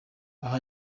aha